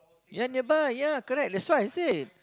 ya nearby ya correct that's why I say